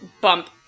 bump